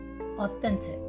authentic